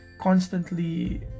constantly